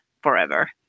forever